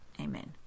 Amen